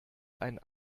ein